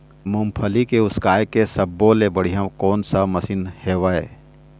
मूंगफली के उसकाय के सब्बो ले बढ़िया कोन सा मशीन हेवय?